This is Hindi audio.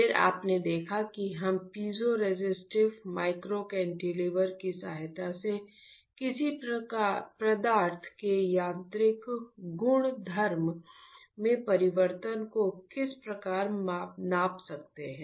फिर आपने देखा कि हम पाइज़ोरेसिस्टिव माइक्रो कैंटीलीवर की सहायता से किसी पदार्थ के यांत्रिक गुणधर्म में परिवर्तन को किस प्रकार नाप सकते हैं